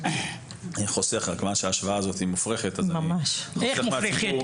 האם אנחנו רוצים שגיבורת התרבות שלהם תהיה רוצחת ישראלים?